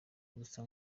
gusa